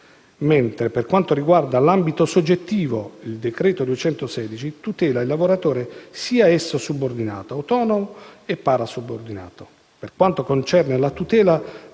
mentre per quanto riguarda l'ambito soggettivo, il decreto n. 216 del 2003 tutela il lavoratore, sia esso subordinato, autonomo o parasubordinato. Per quanto concerne la tutela